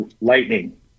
Lightning